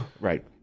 Right